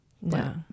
No